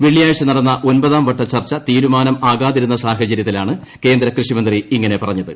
വെള്ളിയാഴ്ച നടന്ന ഒൻപതാം വട്ട ചർച്ച തീരുമാനമാകാതിരുന്ന സാഹചര്യത്തിലാണ് കേന്ദ്ര കൃഷിമന്ത്രി ഇങ്ങനെ പറഞ്ഞത്